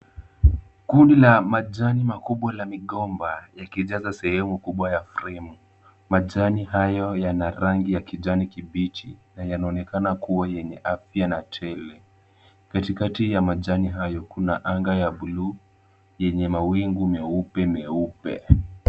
Kundi la majani makubwa la migomba yakijaza sehemu kubwa ya fremu. Majani hayo yana rangi ya kijani kibichi yenye inaonekana kuwa yenye afya na tele. Katikati ya majani hayo kuna anga ya blue yenye mawingu meupe meupe.